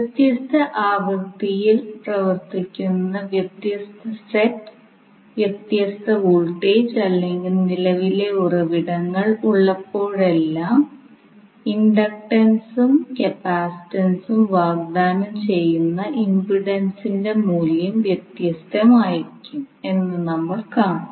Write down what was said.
വ്യത്യസ്ത ആവൃത്തിയിൽ പ്രവർത്തിക്കുന്ന വ്യത്യസ്ത സെറ്റ് വ്യത്യസ്ത വോൾട്ടേജ് അല്ലെങ്കിൽ നിലവിലെ ഉറവിടങ്ങൾ ഉള്ളപ്പോഴെല്ലാം ഇൻഡക്റ്റൻസും കപ്പാസിറ്റൻസും വാഗ്ദാനം ചെയ്യുന്ന ഇംപിഡൻസിന്റെ മൂല്യം വ്യത്യസ്തമായിരിക്കും എന്ന് നമ്മൾ കാണും